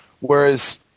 Whereas